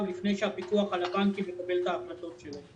לפני שהפיקוח על הבנקים מקבל את ההחלטות שלו.